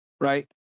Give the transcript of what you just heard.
right